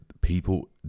people